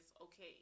okay